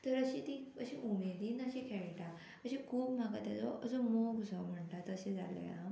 तर अशी ती अशी उमेदीन अशी खेळटा अशे खूब म्हाका तेजो असो मोग असो म्हणटा तशें जाले हांव